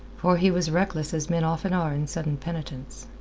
for he was reckless as men often are in sudden penitence.